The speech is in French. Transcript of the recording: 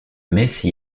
messe